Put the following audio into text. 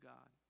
God